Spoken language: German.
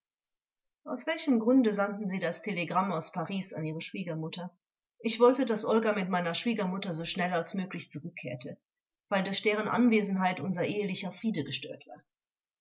aus welchem grunde sandten sie das telegramm aus paris an ihre schwiegermutter angekl ich wollte daß olga mit meiner schwiegermutter so schnell als möglich zurückkehrte weil durch deren anwesenheit unser ehelicher friede gestört war